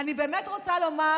אני באמת רוצה לומר